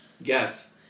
Yes